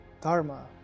Dharma